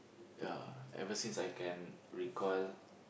ya ever since I can recall